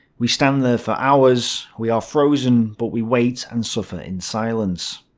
we stand there for hours. we are frozen but we wait and suffer in silence.